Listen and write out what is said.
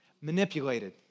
Manipulated